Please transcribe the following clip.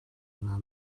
hnga